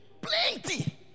Plenty